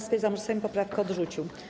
Stwierdzam, że Sejm poprawkę odrzucił.